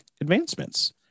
advancements